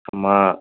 ஆமாம்